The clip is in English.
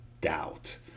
doubt